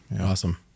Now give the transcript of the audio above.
Awesome